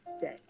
day